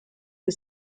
que